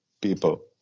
people